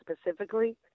specifically